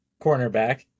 cornerback